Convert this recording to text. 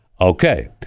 Okay